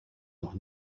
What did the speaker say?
noch